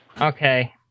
okay